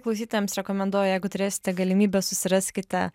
klausytojams rekomenduoju jeigu turėsite galimybę susiraskite